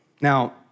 Now